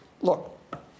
Look